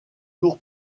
tour